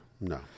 No